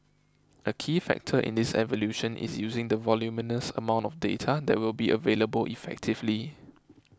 a key factor in this evolution is using the voluminous amount of data that will be available effectively